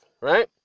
right